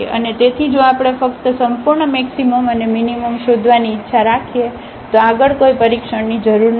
અને તેથી જો આપણે ફક્ત સંપૂર્ણ મેક્સિમમ અને મીનીમમ શોધવાની ઇચ્છા રાખીએ તો આગળ કોઈ પરીક્ષણની જરૂર નથી